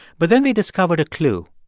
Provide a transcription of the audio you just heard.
but then they discovered a clue.